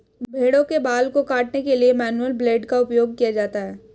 भेड़ों के बाल को काटने के लिए मैनुअल ब्लेड का उपयोग किया जाता है